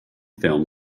film